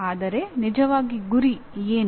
ಆದರೆ ನಿಜವಾಗಿ ಗುರಿ ಏನು